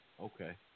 Okay